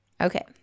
Okay